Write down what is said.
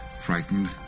frightened